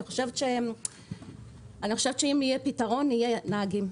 אני חושבת שאם יהיה פתרון יהיו נהגים.